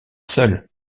seule